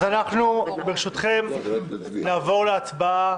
ברשותכם, נעבור להצבעה,